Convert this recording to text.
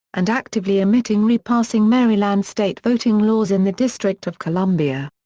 and actively omitting repassing maryland state voting laws in the district of columbia.